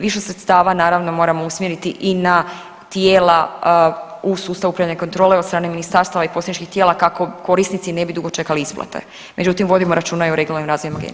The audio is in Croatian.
Više sredstava naravno, moramo usmjeriti i na tijela u sustavu upravljanja i kontrole od strane ministarstava i posredničkih tijela kako korisnici ne bi dugo čekali isplate, međutim, vodimo računa i o regionalnim razvojnim agencijama.